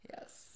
Yes